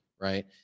right